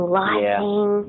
lighting